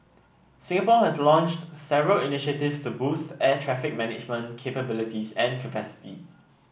Singapore has launched several initiatives to boost air traffic management capabilities and capacity